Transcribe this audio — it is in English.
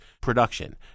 production